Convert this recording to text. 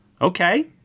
Okay